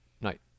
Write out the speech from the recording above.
night